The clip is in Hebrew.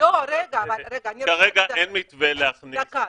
כרגע אין מתווה להכניס -- רגע,